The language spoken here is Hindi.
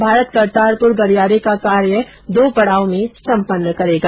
भारत करतारपुर गलियारे का कार्य दो पड़ाव में सम्पन्न करेगा